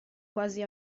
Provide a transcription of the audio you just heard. quasi